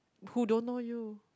who don't know you